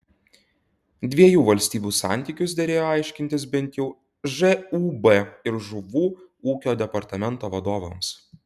dviejų valstybių santykius derėjo aiškintis bent jau žūb ir žuvų ūkio departamento vadovams